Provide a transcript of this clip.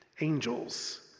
angels